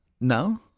No